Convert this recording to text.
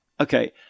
okay